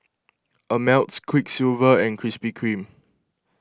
Ameltz Quiksilver and Krispy Kreme